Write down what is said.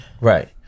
Right